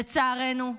לצערנו הרב,